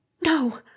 No